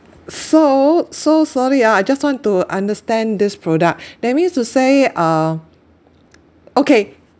so so sorry ah I just want to understand this product that means to say uh okay